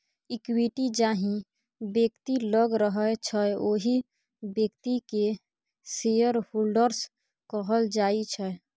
equity जाहि बेकती लग रहय छै ओहि बेकती केँ शेयरहोल्डर्स कहल जाइ छै